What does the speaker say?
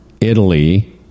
Italy